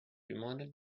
reminded